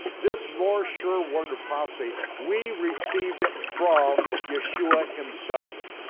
this more sure word of prophecy, we received it from yeshua himself.